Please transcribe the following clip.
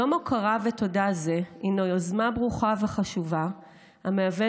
יום הוקרה ותודה זה הוא יוזמה ברוכה וחשובה המהווה